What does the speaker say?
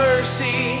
Mercy